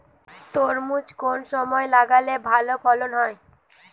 তরমুজ কোন সময় লাগালে ভালো ফলন হয়?